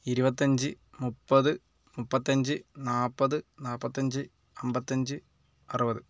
ഇരുപത്തഞ്ച് മുപ്പത് മുപ്പത്തഞ്ച് നാൽപത് നാൽപ്പത്തഞ്ച് അൻപത്തഞ്ച് അറുപത്